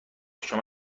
شما